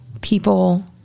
people